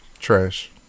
trash